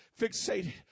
Fixated